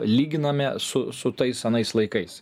lyginame su su tais anais laikais